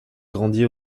grandit